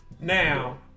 Now